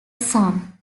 son